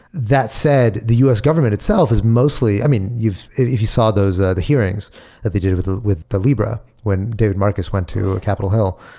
that said, the u s. government itself is mostly i mean, if you saw those, ah the hearings that they did with with the libra when david marcus went to capitol hill.